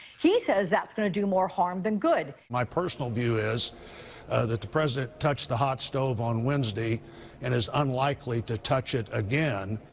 he says that's going to do more harm than good. my personal view is that the president touched the hot stove on wednesday, and is unlikely to touch it again.